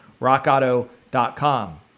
Rockauto.com